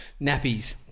Nappies